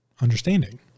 understanding